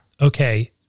okay